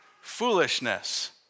foolishness